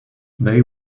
they